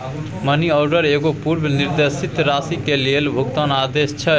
money order एगो पूर्व निर्दिष्ट राशि के लेल भुगतान आदेश छै